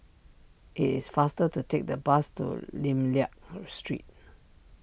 it is faster to take the bus to Lim Liak Street